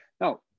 Now